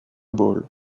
bowl